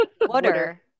Water